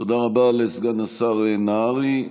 תודה רבה לסגן השר נהרי.